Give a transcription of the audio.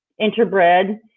interbred